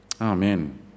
amen